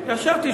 ישבתי,